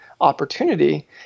opportunity